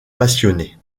passionnée